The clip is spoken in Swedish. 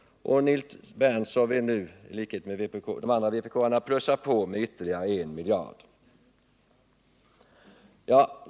Vpk vill dessutom plussa på ytterligare I miljard.